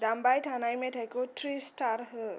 दामबाय थानाय मेथाइखौ ट्रि स्टार हो